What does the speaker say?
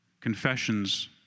confessions